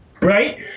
right